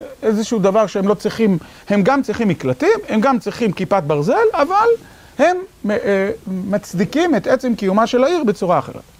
איזשהו דבר שהם לא צריכים, הם גם צריכים מקלטים, הם גם צריכים כיפת ברזל, אבל הם מצדיקים את עצם קיומה של העיר בצורה אחרת.